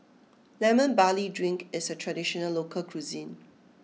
Lemon Barley Drink is a traditional local cuisine